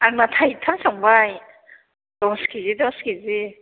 आंना थाइथाम संबाय दस केजि दस केजि